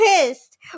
pissed